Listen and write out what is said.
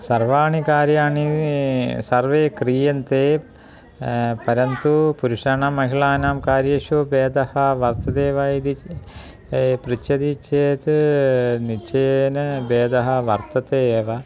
सर्वाणि कार्याणि सर्वे क्रियन्ते परन्तु पुरुषाणां महिलानां कार्येषु भेदः वर्तते वा इति पृच्छति चेत् निश्चयेन भेदः वर्तते एव